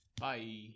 bye